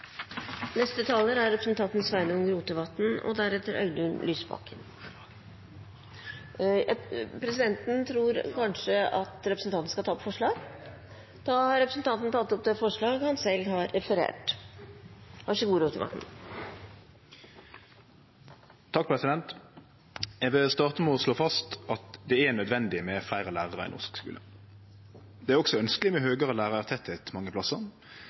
Da har representanten tatt opp de forslagene han har referert til. Eg vil starte med å slå fast at det er nødvendig med fleire lærarar i norsk skule. Det er òg ønskjeleg med høgare lærartettleik mange plassar,